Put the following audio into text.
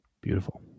Beautiful